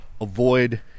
avoid